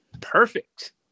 Perfect